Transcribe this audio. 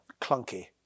clunky